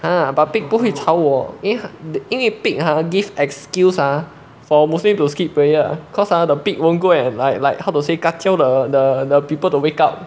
ha but pig 不会吵我因为哈因为 pig ha give excuse ah for muslim to skip prayer cause ah the pig won't go and like like how to say kachiao the the the people to wake up